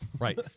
Right